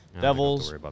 Devils